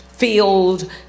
Field